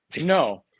no